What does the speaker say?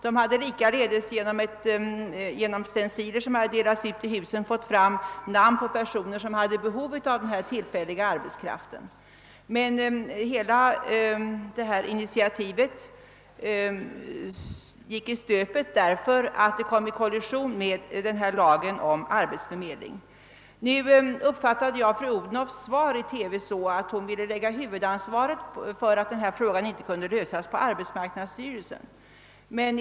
De hade likaledes, också genom stenciler som delats ut i husen, fått fram namn på personer som hade behov av denna tillfälliga arbetskraft. Hela detta initiativ gick emellertid i stöpet, eftersom det kom i kollision med lagen om arbetsförmedling. Jag uppfattade fru Odhnoffs svar i TV så att hon lade huvudansvaret för att denna fråga inte kunde lösas på arbetsmarknadsstyrelsen.